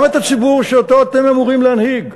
גם את הציבור שאותו אתם אמורים להנהיג,